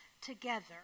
together